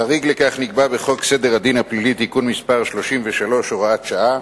חריג לכך נקבע בחוק סדר הדין הפלילי (תיקון מס' 33 והוראת שעה),